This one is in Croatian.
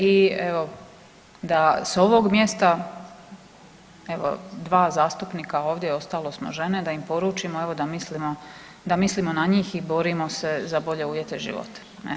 I evo da sa ovog mjesta evo dva zastupnika ovdje, ostalo smo žene da im poručimo evo da mislimo na njih i borimo se za bolje uvjete života.